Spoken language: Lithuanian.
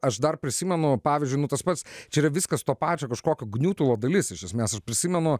aš dar prisimenu pavyzdžiui nu tas pats čia yra viskas to pačio kažkokio gniutulo dalis iš esmės aš prisimenu